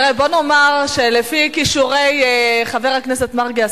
בוא נאמר שלפי כישורי חבר הכנסת מרגי,